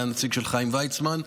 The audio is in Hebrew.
היה נציג של חיים ויצמן.